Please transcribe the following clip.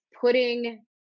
putting